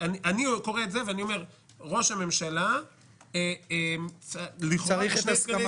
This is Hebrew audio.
אני קורא את זה ואומר: ראש הממשלה במינוי שני סגני